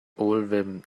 overwhelmed